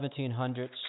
1700s